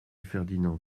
ferdinand